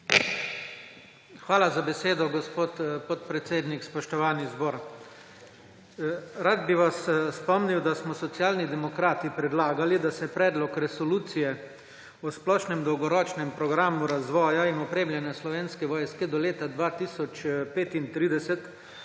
Hvala za besedo, gospod podpredsednik. Spoštovani zbor! Rad bi vas spomnil, da smo Socialni demokrati predlagali, da se Predlog resolucije o splošnem dolgoročnem programu razvoja in opremljanja Slovenske vojske do leta 2035